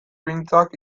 printzak